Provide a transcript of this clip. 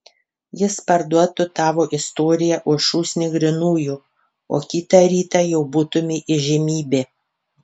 jis parduotų tavo istoriją už šūsnį grynųjų o kitą rytą jau būtumei įžymybė